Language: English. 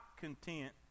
content